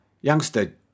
Youngster